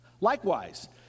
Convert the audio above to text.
Likewise